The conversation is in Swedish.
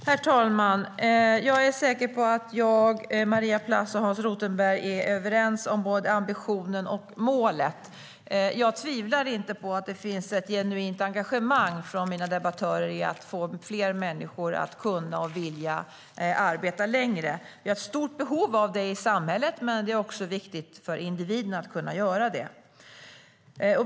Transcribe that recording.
Herr talman! Jag är säker på att jag, Maria Plass och Hans Rothenberg är överens om både ambitionen och målet. Jag tvivlar inte på att det finns ett genuint engagemang hos mina debattörer i fråga om att få fler människor att kunna och vilja arbeta längre. Vi har ett stort behov av det i samhället, men det är också viktigt för individen att kunna göra det.